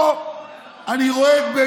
פה שרים בורחים, פה אני רואה את בנט